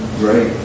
great